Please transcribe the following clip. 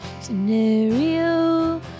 scenario